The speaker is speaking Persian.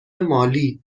مالی